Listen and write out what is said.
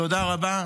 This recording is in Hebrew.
תודה רבה.